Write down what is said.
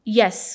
yes